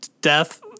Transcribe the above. death